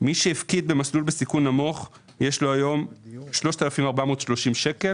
מי שהפקיד במסלול בסיכון נמוך יש לו היום 3,430 שקל